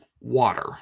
water